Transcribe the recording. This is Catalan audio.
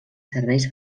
serveis